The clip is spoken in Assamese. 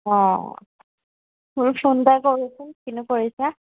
অঁ বোলো ফোন এটা কৰোঁছোন কিনো কৰিছে